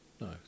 No